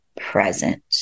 present